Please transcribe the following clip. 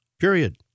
period